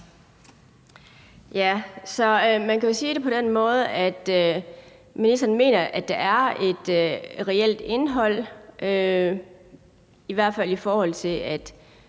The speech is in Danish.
(RV): Man kan jo sige det på den måde, at ministeren mener, at der er et reelt indhold, i hvert fald i forhold til at